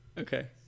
Okay